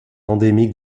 endémique